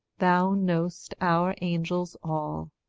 thou know'st our angels all,